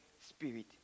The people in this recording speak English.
Spirit